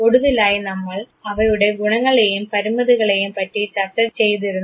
ഒടുവിലായി നമ്മൾ അവയുടെ ഗുണങ്ങളെയും പരിമിതികളെയും പറ്റി ചർച്ച ചെയ്തിരുന്നു